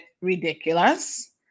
ridiculous